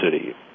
city